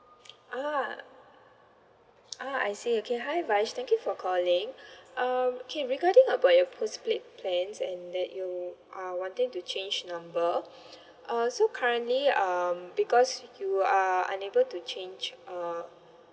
uh uh I see okay hi vaij thank you for calling um okay regarding about your postpaid plan and that you are wanting to change number uh so currently um because you are unable to change uh